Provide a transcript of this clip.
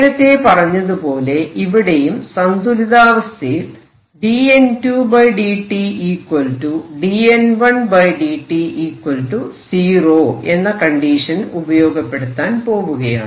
നേരത്തെ പറഞ്ഞതുപോലെ ഇവിടെയും സന്തുലിതാവസ്ഥയിൽ dN2dt dN1dt 0 എന്ന കണ്ടീഷൻ ഉപയോഗപ്പെടുത്താൻ പോവുകയാണ്